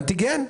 אנטיגן.